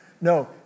No